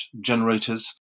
generators